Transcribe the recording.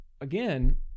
again